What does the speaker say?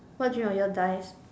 what dream of yours dies